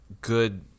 good